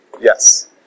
Yes